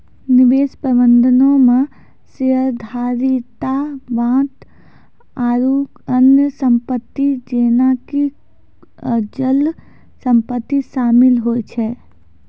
निवेश प्रबंधनो मे शेयरधारिता, बांड आरु अन्य सम्पति जेना कि अचल सम्पति शामिल होय छै